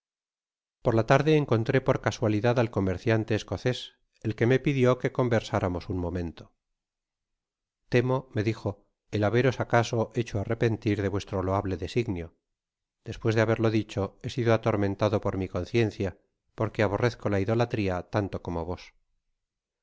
por la tarde encontré por casualidad al comerciante escocés el que me pidió que conversáramos un momento temo me dijo el baberos acaso hecho arrepentir d vuestro loable designio despues de haberla dicho he sido atormentado por mi conciencia porqjue aborrezco la idolatria tanto como vos